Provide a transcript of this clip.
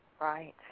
Right